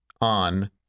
on